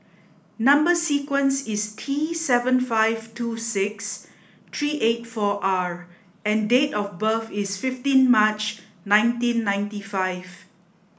number sequence is T seven five two six three eight four R and date of birth is fifteen March nineteen ninety five